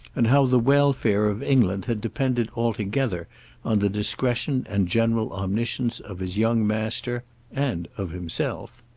and how the welfare of england had depended altogether on the discretion and general omniscience of his young master and of himself.